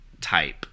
type